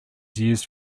used